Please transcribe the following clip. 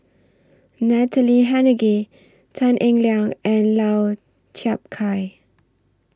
Natalie Hennedige Tan Eng Liang and Lau Chiap Khai